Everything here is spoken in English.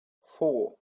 four